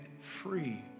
free